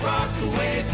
Rockaway